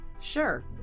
Sure